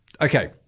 Okay